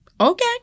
okay